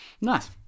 Nice